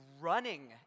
running